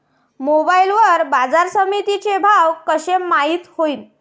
Mobile वर बाजारसमिती चे भाव कशे माईत होईन?